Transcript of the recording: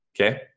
Okay